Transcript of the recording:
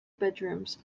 bedrooms